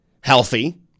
healthy